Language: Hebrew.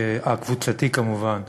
הקבוצתי כמובן,